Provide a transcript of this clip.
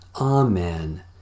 Amen